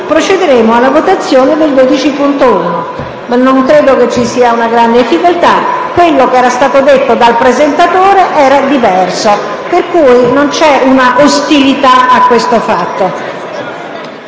procederemo alla sua votazione. Non credo ci sia una gran difficoltà. Quello che era stato detto dal presentatore era diverso: pertanto non c'è un'ostilità a questo fatto.